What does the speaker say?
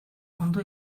ondo